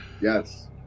Yes